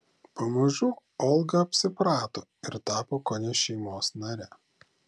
pamažu olga apsiprato ir tapo kone šeimos nare